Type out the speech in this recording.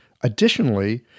Additionally